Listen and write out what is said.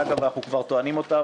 שאנחנו טוענים אותה,